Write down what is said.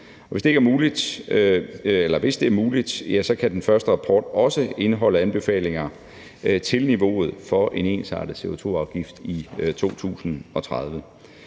Hvis det er muligt, kan den første rapport også indeholde anbefalinger til niveauet for en ensartet CO2-afgift i 2030.